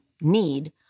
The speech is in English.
need